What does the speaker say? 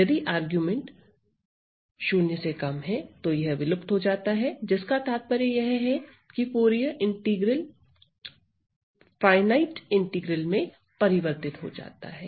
यदि आरगुमेंट 0 से कम है तो यह विलुप्त हो जाता है जिसका तात्पर्य यह है की फूरिये इंटीग्रल फार्ईनाइट इंटीग्रल में परिवर्तित हो जाता है